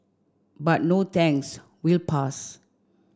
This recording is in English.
but no thanks we'll pass